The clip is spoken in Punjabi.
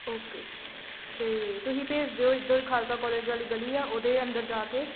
ਓਕੇ ਅਤੇ ਤੁਸੀਂ ਭੇਜ ਦਿਓ ਇੱਧਰ ਖਾਲਸਾ ਕੋਲਜ ਵਾਲੀ ਗਲੀ ਆ ਉਹਦੇ ਅੰਦਰ ਜਾ ਕੇ